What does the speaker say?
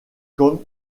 comme